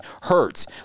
hurts